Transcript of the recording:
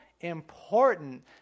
important